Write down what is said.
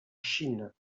chine